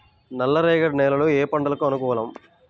నల్లరేగడి నేలలు ఏ పంటలకు అనుకూలం?